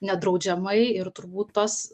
nedraudžiamai ir turbūt tas